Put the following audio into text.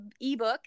ebook